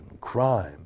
crime